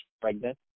pregnant